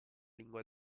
lingua